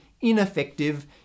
ineffective